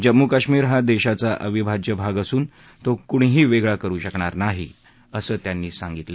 जम्मू कश्मीर हा देशाचा अविभाज्य भाग असून तो कुणीही वेगळा करु शकणार नाही असं त्यांनी सांगितलं